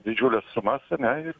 didžiules sumos ane ir